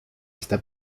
está